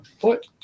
foot